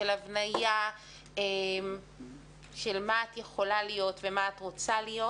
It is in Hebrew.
של הבנייה של מה את יכולה להיות ומה את רוצה להיות,